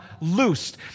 loosed